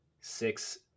six